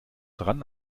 dran